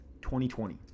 2020